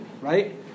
right